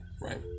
right